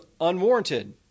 unwarranted